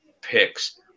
picks